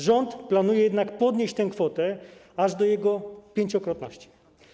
Rząd planuje jednak podnieść tę kwotę aż do jego 5-krotności.